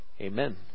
Amen